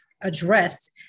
addressed